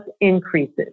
increases